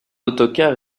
autocar